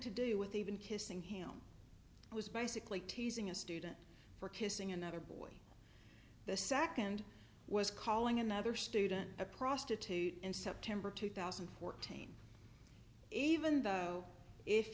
to do with even kissing him it was basically teasing a student for kissing another boy the second was calling another student a prostitute in september two thousand and fourteen even though if